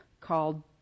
called